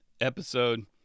episode